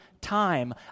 time